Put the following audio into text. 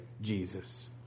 Jesus